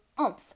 oomph